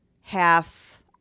half